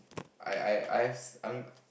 I I I've I'm